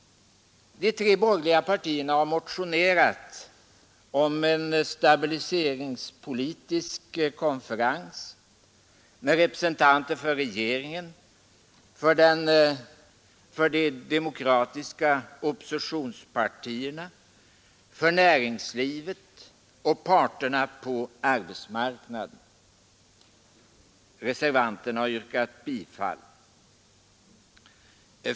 De tre borgerliga partierna har motionerat om en stabiliseringspolitisk konferens med representanter för regeringen, för de demokratiska oppositionspartierna, för näringslivet och parterna på arbetsmarknaden. Reservanterna har yrkat bifall till motionerna.